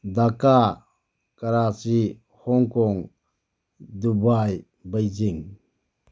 Dhaka Karachi Hong Kong Dubai Beijing